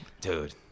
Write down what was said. Dude